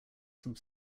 some